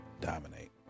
dominate